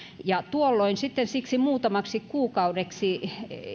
tuolloin sitten siksi muutamaksi kuukaudeksi